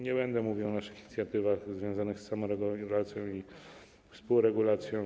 Nie będę mówił o naszych inicjatywach związanych z samoregulacją i współregulacją.